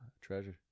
Treasure